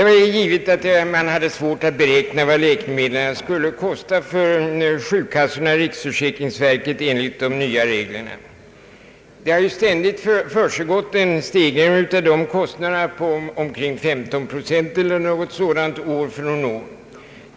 Det är givet att man hade svårt att beräkna vad läkemedlen skulle kosta sjukkassorna och riksförsäkringsverket enligt de nya reglerna. Det har ju ständigt försiggått en stegring av dessa kostnader med omkring 15 procent år från år.